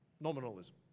Nominalism